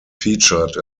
featured